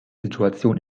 situation